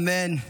אמן.